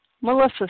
Melissa